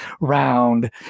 round